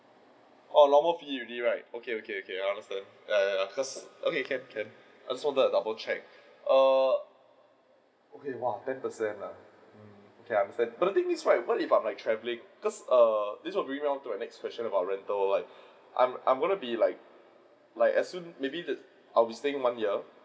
oh normal right okay okay okay I understand err cos' okay can can so that I double check err okay !wah! ten percent ah mm I understand but the thing is right what if I'm like travelling cos' err this will bring me on to my next question about rental like I'm I'm going to be like like as soon maybe I I'll be staying one year